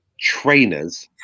trainers